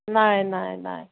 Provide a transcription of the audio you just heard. নাই নাই নাই